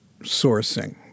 sourcing